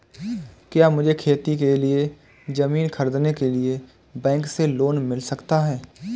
क्या मुझे खेती के लिए ज़मीन खरीदने के लिए बैंक से लोन मिल सकता है?